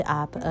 up